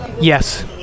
Yes